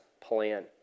plan